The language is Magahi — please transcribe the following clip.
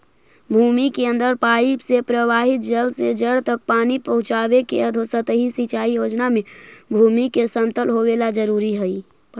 भूमि के अंदर पाइप से प्रवाहित जल से जड़ तक पानी पहुँचावे के अधोसतही सिंचाई योजना में भूमि के समतल होवेला जरूरी हइ